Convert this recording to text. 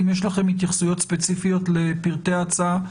אם יש לכם התייחסויות ספציפיות לפרטי ההצעה,